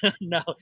no